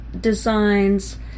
designs